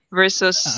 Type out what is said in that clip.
versus